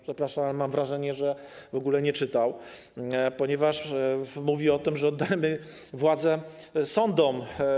Przepraszam, ale mam wrażenie, że w ogóle nie czytał, ponieważ mówi o tym, że oddajemy władzę sądom.